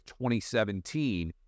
2017